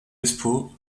espoo